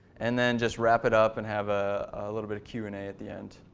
and then just wrap it up and have a little bit of q and a at the end.